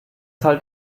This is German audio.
halt